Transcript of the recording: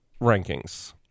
rankings